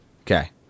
Okay